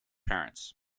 parents